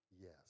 yes